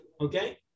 Okay